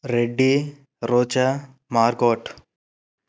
రెడ్డి రోచా మార్గట్